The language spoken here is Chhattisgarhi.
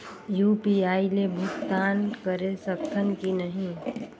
यू.पी.आई ले भुगतान करे सकथन कि नहीं?